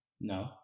No